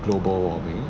global warming